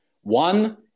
One